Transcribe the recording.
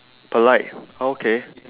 polite okay